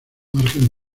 margen